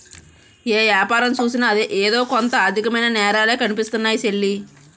ఏ యాపారం సూసినా ఎదో కొంత ఆర్దికమైన నేరాలే కనిపిస్తున్నాయ్ సెల్లీ